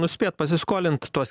nuspėt pasiskolint tuos